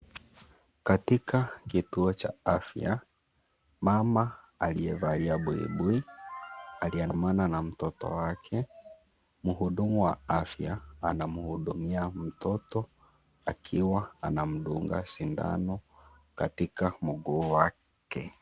Katika kituo cha afya, mama aliyevalia buibui aliandamana na mtoto wake, mhudumu wa afya anamhudumia mtoto akiwa anamdunga sindano katika mguu wake.